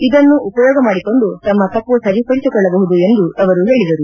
ಇದನ್ನು ಉಪಯೋಗ ಮಾಡಿಕೊಂಡು ತಮ್ನ ತಪ್ಪು ಸರಿಪಡಿಸಿಕೊಳ್ಳಬಹುದು ಎಂದು ಹೇಳಿದರು